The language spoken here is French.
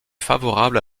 favorables